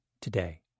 today